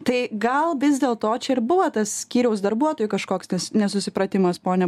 tai gal vis dėlto čia ir buvo tas skyriaus darbuotojų kažkoks nesusipratimas pone